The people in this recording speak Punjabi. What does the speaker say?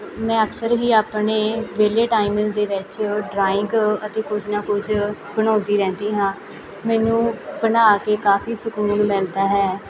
ਮੈਂ ਅਕਸਰ ਹੀ ਆਪਣੇ ਵਿਹਲੇ ਟਾਈਮ ਦੇ ਵਿੱਚ ਡਰਾਇੰਗ ਅਤੇ ਕੁਝ ਨਾ ਕੁਝ ਬਣਾਉਂਦੀ ਰਹਿੰਦੀ ਹਾਂ ਮੈਨੂੰ ਬਣਾ ਕੇ ਕਾਫ਼ੀ ਸਕੂਨ ਮਿਲਦਾ ਹੈ